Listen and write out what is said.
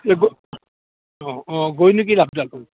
এই অঁ অঁ গৈ